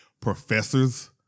professors